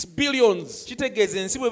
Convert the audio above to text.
billions